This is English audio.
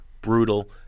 brutal